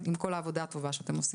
עם כל העבודה הטובה שאתם עושים.